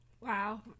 Wow